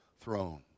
throne